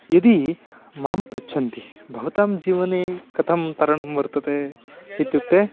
यदी मां पृच्छन्ति भवतां जीवने कथं तरणं वर्तते इत्युक्ते